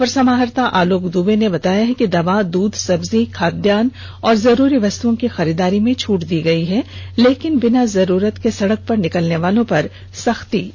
अपर समाहर्ता आलोक दूबे ने आज बताया कि दवा दूध सब्जी खादान्न एवं जरूरी वस्तुओं की खरीदारी में छूट दी गयी है लेकिन बिना जरूरत के सड़क पर निकले वालों पर सख्ती की जा रही है